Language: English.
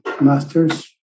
masters